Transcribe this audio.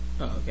okay